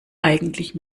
eigentlich